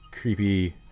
creepy